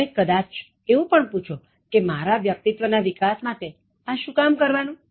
તમે કદાચ એવું પણ પૂછો કે મારા વ્યક્તિત્વ ના વિકાસ માટે આ શું કામ કરવાનું